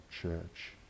church